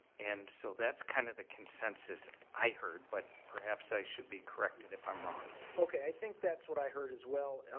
and so that's kind of the consensus i heard, but perhaps i should be corrected if i'm wrong. okay. i think that's what i heard as well. um,